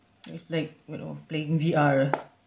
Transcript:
it's like you know playing V_R